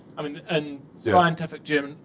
i mean, in scientific journalism,